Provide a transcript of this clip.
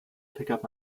pickup